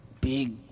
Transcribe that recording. big